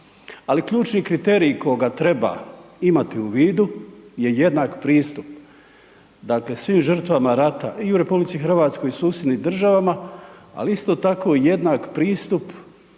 Ali ključni kriterij koga treba imati u vidu je jednak pristup dakle svim žrtvama rata i u Republici Hrvatskoj i u susjednim državama, ali isto tako jednak pristup